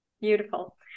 Beautiful